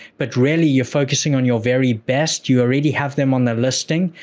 but really you're focusing on your very best. you already have them on their listing,